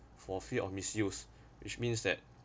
for fear of misuse which means that